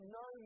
no